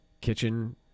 kitchen